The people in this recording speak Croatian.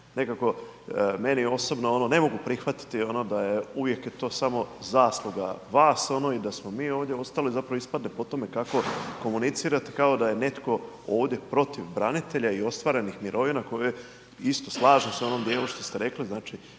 nekako meni osobno, ne mogu prihvatiti da je uvijek je to samo zasluga vas i da smo mi ovdje ostali, zapravo ispada po tome kako komunicirate kao da je netko ovdje protiv branitelja i ostvarenih mirovina koje isto, slažem se u onom dijelu što ste rekli,